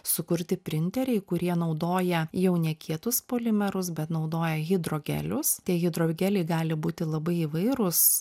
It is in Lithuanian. sukurti printeriai kurie naudoja jau ne kietus polimerus bet naudoja hidrogelius tie hidrogeliai gali būti labai įvairūs